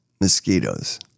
mosquitoes